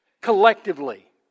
collectively